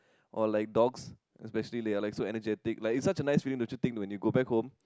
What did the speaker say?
or like dogs especially they are like so energetic like it's such a nice feeling don't you think when you go back home